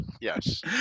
Yes